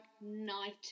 night